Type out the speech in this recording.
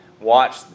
Watch